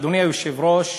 אדוני היושב-ראש,